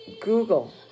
Google